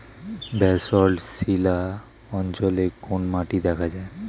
Basalt শিলা অঞ্চলে কোন মাটি দেখা যায়?